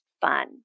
fun